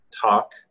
talk